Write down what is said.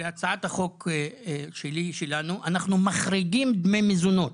בהצעת החוק שלנו, אנחנו מחריגים דמי מזונות